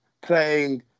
playing